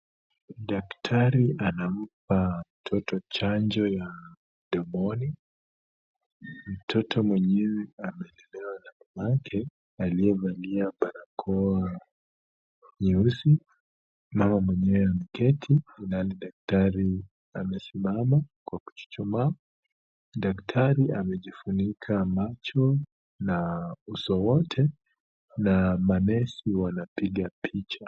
Daktari anampa mtoto chanjo ya mdomoni, mtoto mwenyewe amebebewa na mamake aliyevalia barakoa nyeusi, mama mwenyewe ameketi, ilhali daktari amesimama kwa kuchuchuma. Daktari amejifunika macho na uso wote na manesi wanapiga picha.